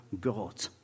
God